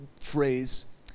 phrase